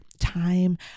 time